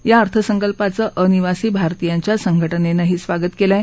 या अर्थसंकल्पाचं अनिवासी भारतीयांच्या संघटनेनंही स्वागत केलं आहे